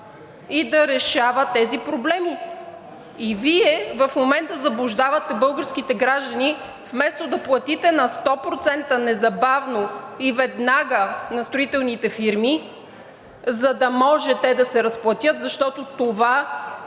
и да решава тези проблеми. И Вие в момента заблуждавате българските граждани, вместо да платите на сто процента, незабавно и веднага на строителните фирми, за да може те да се разплатят, защото това е